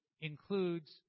includes